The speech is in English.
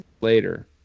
later